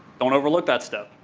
don't overlook that step,